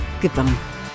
Goodbye